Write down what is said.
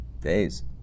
days